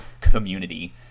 Community